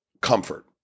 comfort